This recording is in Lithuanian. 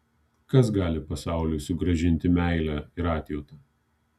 kas gali pasauliui sugrąžinti meilę ir atjautą